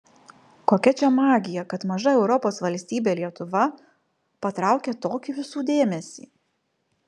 kokia čia magija kad maža europos valstybė lietuva patraukia tokį visų dėmesį